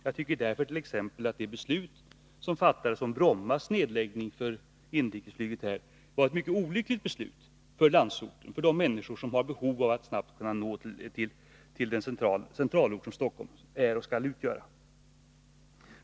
Jag tycker därför att t.ex. det beslut som fattades om utflyttning av inrikesflyget från Bromma var ett mycket olyckligt beslut för de människor som har behov av att snabbt kunna nå den centralort som Stockholm är och skall utgöra.